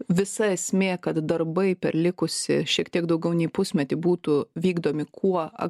visa esmė kad darbai per likusį šiek tiek daugiau nei pusmetį būtų vykdomi kuo